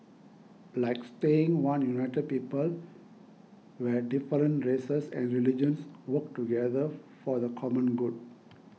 like staying one united people where different races and religions work together for the common good